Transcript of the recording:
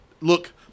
look